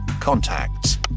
contacts